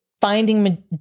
finding